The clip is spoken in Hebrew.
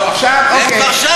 זו עבירה פלילית.